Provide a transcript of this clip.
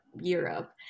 Europe